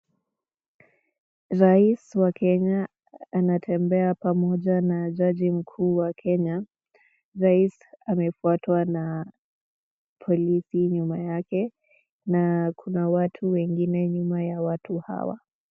Rais wa Kenya anatembea pamoja na jaji mkuu wa Kenya, rais amefuatwa na polisi nyuma yake, na kuna watu wengine nyuma ya hawa.